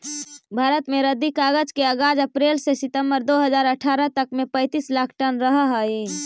भारत में रद्दी कागज के आगाज अप्रेल से सितम्बर दो हज़ार अट्ठरह तक में पैंतीस लाख टन रहऽ हई